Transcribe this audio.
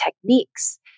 techniques